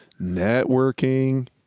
networking